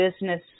business